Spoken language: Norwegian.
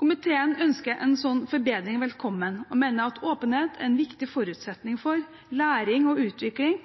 Komiteen ønsker en slik forbedring velkommen og mener at åpenhet er en viktig forutsetning for læring og utvikling